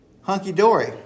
hunky-dory